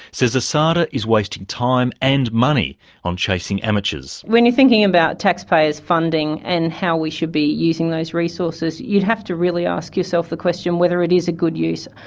says asada is wasting time and money on chasing amateurs. when you thinking about tax payers' funding and how we should be using those resources, you'd have to really ask yourself the question whether it is a good use.